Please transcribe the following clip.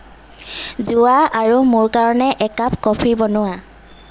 যোৱা আৰু মোৰ কাৰণে একাপ কফি বনোৱা